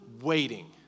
waiting